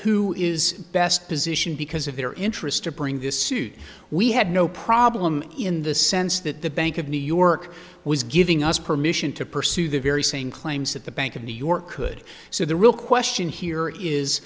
who is best positioned because of their interest to bring this suit we had no problem in the sense that the bank of new york was giving us permission to pursue the very same claims that the bank of new york could so the real question here is